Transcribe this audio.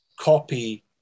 copy